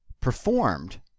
performed